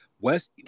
West